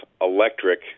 electric